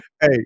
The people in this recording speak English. Hey